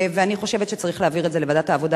ואני חושבת שצריך להעביר את זה לוועדת העבודה,